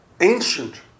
ancient